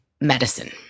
medicine